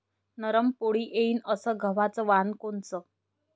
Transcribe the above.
नरम पोळी येईन अस गवाचं वान कोनचं?